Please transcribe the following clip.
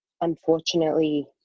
unfortunately